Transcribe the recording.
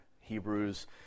Hebrews